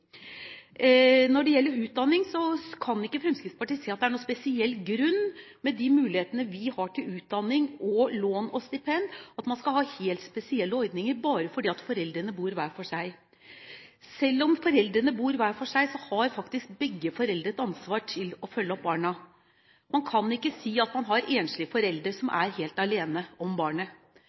Når det gjelder utdanning, kan ikke Fremskrittspartiet se at det er noen grunn til – med de mulighetene vi har til utdanning og lån og stipend – at man skal ha helt spesielle ordninger bare fordi foreldrene bor hver for seg. Selv om foreldrene bor hver for seg, har begge foreldre et ansvar for å følge opp barna. Man kan ikke si at man har enslige foreldre som er helt alene om barnet.